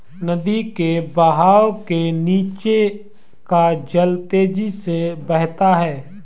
नदी के बहाव के नीचे का जल तेजी से बहता है